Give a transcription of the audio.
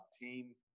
team